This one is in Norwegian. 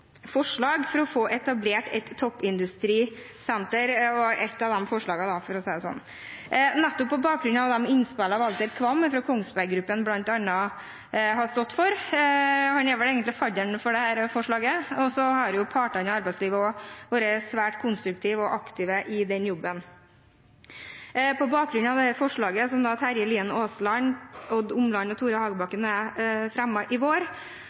forslag. Å få etablert et toppindustrisenter var et av de forslagene, på bakgrunn av innspillene Walter Qvam fra Kongsberg Gruppen bl.a. har kommet med. Han er egentlig fadder for dette forslaget. Så har partene i arbeidslivet vært svært konstruktive og aktive i den jobben. På bakgrunn av dette forslaget som Terje Lien Aasland, Odd Omland, Tore Hagebakken og jeg fremmet i vår,